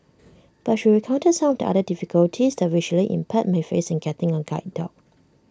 but she recounted some of the other difficulties the visually impaired may face in getting A guide dog